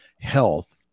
health